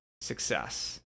success